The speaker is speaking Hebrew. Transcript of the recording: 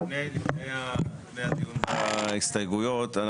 לפני הדיון בהסתייגויות,